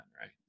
right